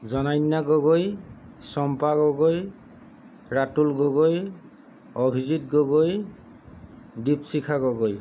Jananya Gogoi Champa Gogoi Ratul Gogoi Abhijit Gogoi Dipshikha Gogoi